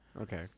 Okay